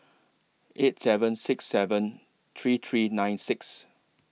eight seven six seven three three nine six